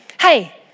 hey